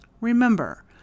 Remember